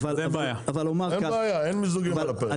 אין בעיה, אין מיזוגים על הפרק.